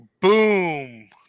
Boom